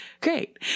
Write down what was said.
Great